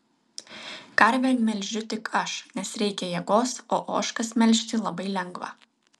karvę melžiu tik aš nes reikia jėgos o ožkas melžti labai lengva